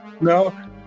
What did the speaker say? No